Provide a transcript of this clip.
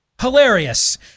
hilarious